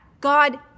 God